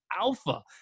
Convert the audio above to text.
alpha